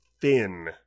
thin